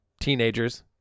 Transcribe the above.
teenagers